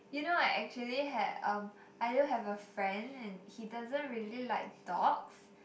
you know I actually had um I do have a friend and he doesn't really like dogs